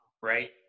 right